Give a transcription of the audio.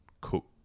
cook